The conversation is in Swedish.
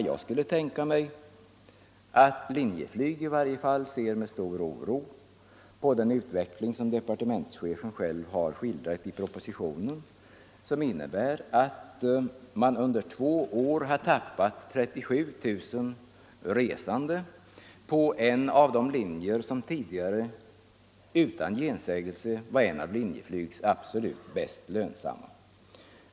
Jag skulle kunna tänka mig att i varje fall Linjeflyg ser med stor oro på den utveckling som departementschefen själv har skildrat i propositionen och som innebär att man under två år har förlorat 37 000 resande på en linje som tidigare utan gensägelse var en av Linjeflygs absolut mest lönsamma.